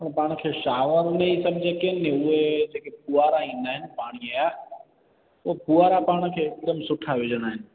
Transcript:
त पाण खे शावर में सभु जेके आहिनि न उए जेके फुआरा ईंदा आहिनि पाणी जा उहो फुआरा पाण खे हिकदमु सुठा विझणा आहिनि